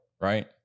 right